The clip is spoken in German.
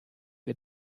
wir